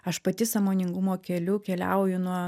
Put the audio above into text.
aš pati sąmoningumo keliu keliauju nuo